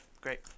great